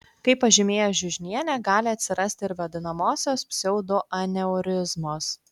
kaip pažymėjo žiužnienė gali atsirasti ir vadinamosios pseudoaneurizmos